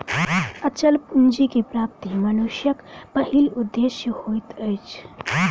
अचल पूंजी के प्राप्ति मनुष्यक पहिल उदेश्य होइत अछि